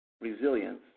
resilience